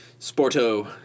Sporto